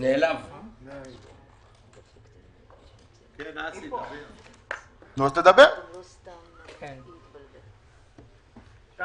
אני